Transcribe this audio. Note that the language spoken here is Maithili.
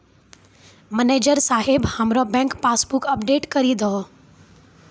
मनैजर साहेब हमरो बैंक पासबुक अपडेट करि दहो